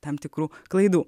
tam tikrų klaidų